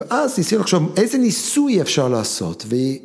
‫אז ניסינו עכשיו, ‫איזה ניסוי אפשר לעשות?